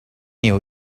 new